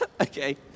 Okay